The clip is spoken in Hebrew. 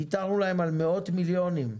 ויתרנו להן על מאות מיליונים,